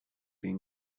been